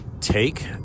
take